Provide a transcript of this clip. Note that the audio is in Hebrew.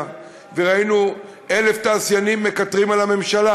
וראינו אלף תעשיינים מקטרים על הממשלה,